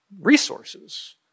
resources